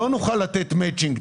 לא נוכל לתת מאצ'ינג.